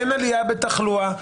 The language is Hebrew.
אין עלייה בתחלואה,